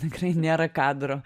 tikrai nėra kadro